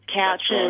couches